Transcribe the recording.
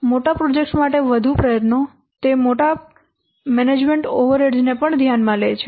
મોટા પ્રોજેક્ટ્સ માટે વધુ પ્રયત્નો તે મોટા મેનેજમેન્ટ ઓવરહેડ્સ ને પણ ધ્યાનમાં લે છે